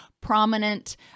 prominent